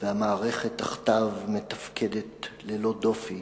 והמערכת תחתיו מתפקדת ללא דופי